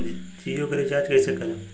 जियो के रीचार्ज कैसे करेम?